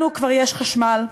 לנו כבר יש חשמל,